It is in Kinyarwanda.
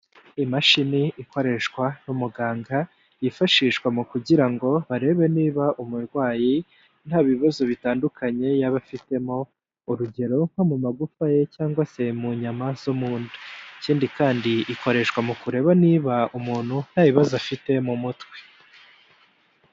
Imashini ikoreshwa n'umuganga yifashishwa mu kugirango barebe niba umurwayi nta bibazo bitandukanye yaba afitemo, urugero nko mu magufa ye cyangwa se mu nyama zo munda. Ikindi kandi ikoreshwa mu kureba niba umuntu nta bibazo afite mu mutwe.